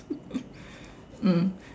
mm